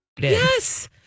Yes